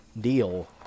deal